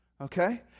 okay